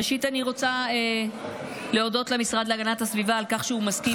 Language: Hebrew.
ראשית אני רוצה להודות למשרד להגנת הסביבה על כך שהוא מסכים איתי,